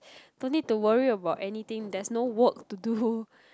no need to worry about anything there's no work to do